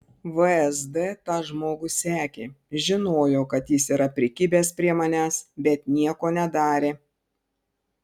vsd tą žmogų sekė žinojo kad jis yra prikibęs prie manęs bet nieko nedarė